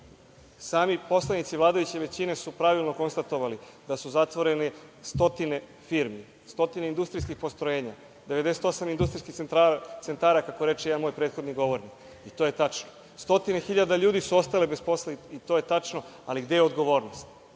poslanici vladajuće većine su pravilno konstatovali da su zatvorene stotine firmi, stotine industrijskih postrojenja, 98 industrijskih centara, kako reče jedan moj prethodni govornik, i to je tačno. Stotine hiljada ljudi je ostalo bez posla, i to je tačno, ali gde je odgovornost,